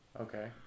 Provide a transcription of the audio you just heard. Okay